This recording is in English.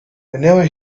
whenever